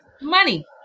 money